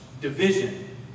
division